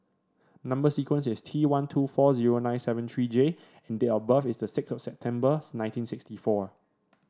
number sequence is T one two four zero nine seven three J and date of birth is six of September nineteen sixty four